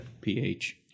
PH